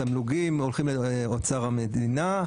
התמלוגים הולכים לאוצר המדינה,